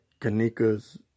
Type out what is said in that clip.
Kanika's